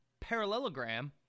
parallelogram